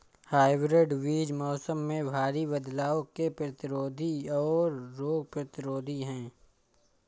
hybrid बीज मौसम में भारी बदलाव के प्रतिरोधी और रोग प्रतिरोधी हैं